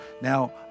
now